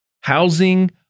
Housing